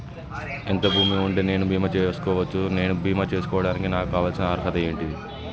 ఎంత భూమి ఉంటే నేను బీమా చేసుకోవచ్చు? నేను బీమా చేసుకోవడానికి నాకు కావాల్సిన అర్హత ఏంటిది?